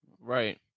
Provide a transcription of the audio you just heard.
right